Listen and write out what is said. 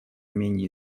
менее